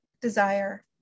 desire